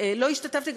לא השתתפתי,